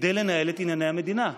כדי לנהל את ענייני המדינה.